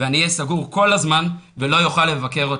ואני אהיה סגור כל הזמן ולא אוכל לבקר אותה.